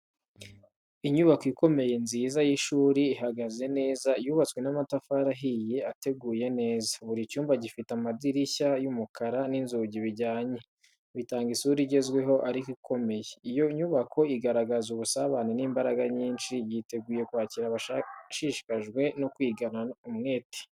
Inyubako ikomeye nziza y'ishuri ihagaze neza, yubatswe n’amatafari ahiye ateguye neza. Buri cyumba gifite amadirishya y’umukara n’inzugi bijyanye, bitanga isura igezweho ariko ikomeye. Iyo nyubako igaragaza ubusabane n’imbaraga nyinshi, yiteguye kwakira abashishikajwe no kwigana umwete.